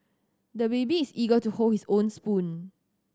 the baby is eager to hold his own spoon